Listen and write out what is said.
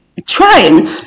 trying